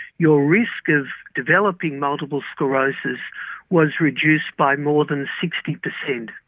your risk of developing multiple sclerosis was reduced by more than sixty percent.